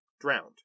drowned